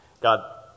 God